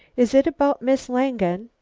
is it about miss langen?